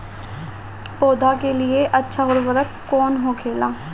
पौधा के लिए अच्छा उर्वरक कउन होखेला?